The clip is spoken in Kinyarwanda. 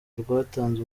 rwatanze